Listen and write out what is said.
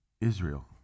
Israel